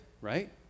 right